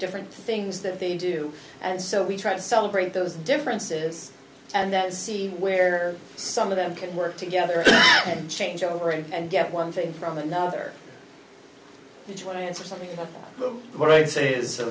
different things that they do and so we try to celebrate those differences and then see where some of them can work together and change over and get one thing from another which when i answer something